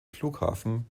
flughafen